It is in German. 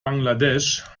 bangladesch